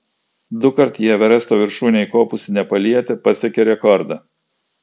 dukart į everesto viršūnę įkopusi nepalietė pasiekė rekordą